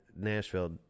Nashville